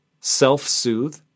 self-soothe